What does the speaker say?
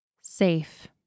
Safe